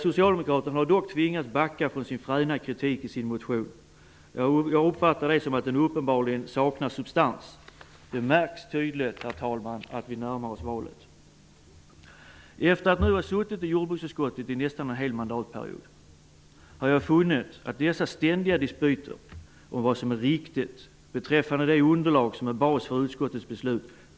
Socialdemokraterna har dock tvingats backa från den fräna kritik som framgår av deras motion. Jag uppfattar det som att motionen uppenbarligen saknar substans. Det märks tydligt, herr talman, att vi närmar oss valet. Efter att jag har suttit i jordbruksutskottet nästan en hel mandatperiod har jag funnit att det råder ständigt återkommande dispyter om vad som är riktigt beträffande det underlag som är bas för utskottets beslut.